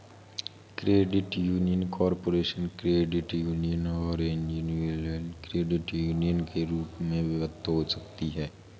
credit union corporate credit union और individual credit union के रूप में विभक्त हो सकती हैं